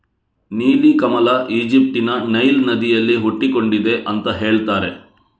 ನೀಲಿ ಕಮಲ ಈಜಿಪ್ಟ್ ನ ನೈಲ್ ನದಿಯಲ್ಲಿ ಹುಟ್ಟಿಕೊಂಡಿದೆ ಅಂತ ಹೇಳ್ತಾರೆ